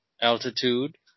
Altitude